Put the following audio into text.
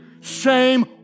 shame